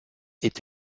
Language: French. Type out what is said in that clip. est